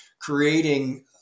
Creating